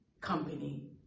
company